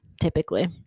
typically